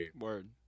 Word